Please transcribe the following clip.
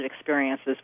experiences